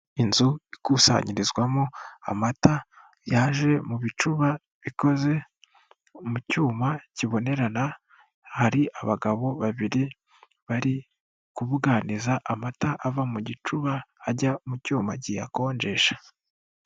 Inzu ikusanyirizwamo amata yaje mu bicuba bikoze mu cyuma kibonerana, hari abagabo babiri bari kubuganiza amata ava mu gicuba ajya mu cyuma kiyakonjesha.